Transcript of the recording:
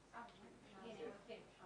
גם את משרד הפנים,